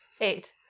Eight